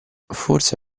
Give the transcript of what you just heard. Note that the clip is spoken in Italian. forse